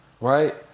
Right